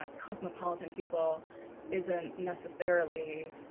um cosmopolitan people isn't necessarily.